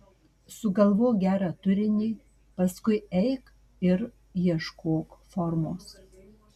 sugalvok gerą turinį paskui eik ir ieškok formos